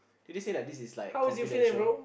did they say like this is like confidential